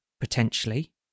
potentially